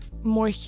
more